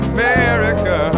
America